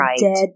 dead